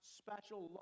special